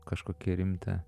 kažkokį rimtą